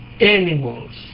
animals